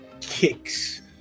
kicks